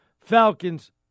Falcons